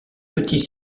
petit